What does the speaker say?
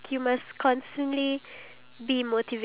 uh you know they have the trailer